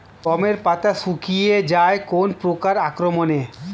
গমের পাতা শুকিয়ে যায় কোন পোকার আক্রমনে?